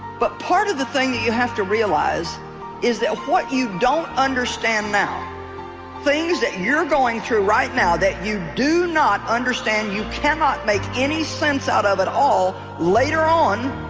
but part of the thing that you have to realize is that what you don't understand now things that you're going through right now that you do not understand you cannot make any sense out of it all later on